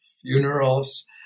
funerals